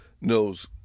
knows